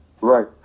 Right